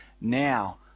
now